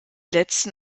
letzten